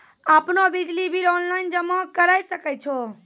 आपनौ बिजली bill online जमा करै सकै छौ?